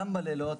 גם בלילות,